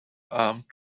armed